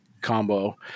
combo